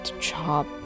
chop